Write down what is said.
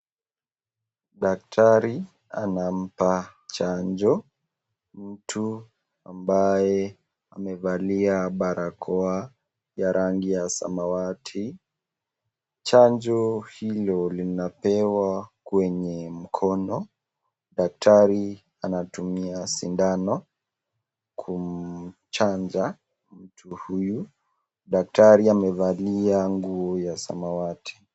Daktari anampa chanjo mtu ambaye amevalia barakoa ya rangi ya samawati. Chanjo hilo linapewa kwenye mkono. Daktari anatumia sindano kumchanja mtu huyu. Daktari amevalia nguo ya samawati.